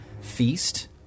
feast